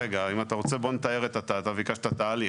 ביקשת תהליך.